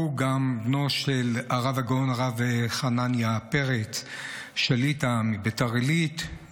הוא בנו של הרב הגאון הרב חנניה פרץ שליט"א מביתר עילית,